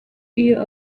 iyo